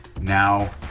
now